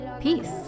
peace